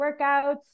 workouts